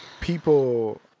People